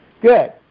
Good